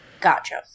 Gotcha